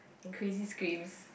and crazy screams